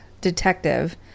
detective